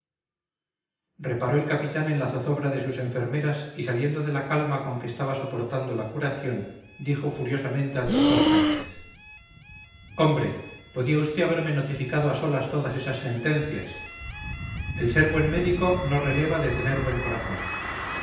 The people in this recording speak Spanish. reparó el capitán en la zozobra de sus enfermeras y saliendo de la calma con que estaba soportando la curación dijo furiosamente al doctor sánchez hombre podía usted haberme notificado a solas todas esas sentencias el ser buen médico no releva de tener buen corazón